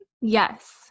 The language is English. yes